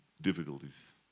difficulties